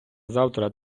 завтра